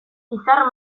izar